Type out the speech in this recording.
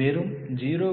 வெறும் 0